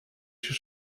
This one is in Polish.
się